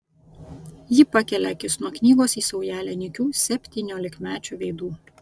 ji pakelia akis nuo knygos į saujelę nykių septyniolikmečių veidų